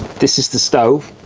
this is the stove,